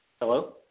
Hello